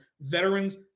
veterans